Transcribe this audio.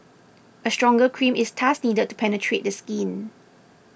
a stronger cream is thus needed to penetrate the skin